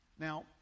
Now